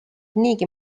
niigi